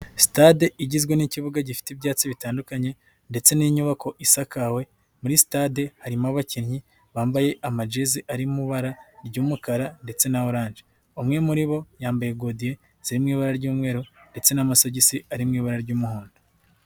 Sitade igizwe n'ikibuga gifite ibyatsi bitandukanye, ndetse n'inyubako isakawe, muri stade harimo abakinnyi bambaye amagezi ari mu ibara ry'umukara, ndetse na orange. Umwe muri bo yambaye godiyo z'ibara ry'umweru, ndetse n'amasogisi ari mu ibara ry'umuhondo.